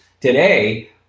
Today